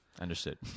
Understood